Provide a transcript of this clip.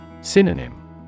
Synonym